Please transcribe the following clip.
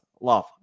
love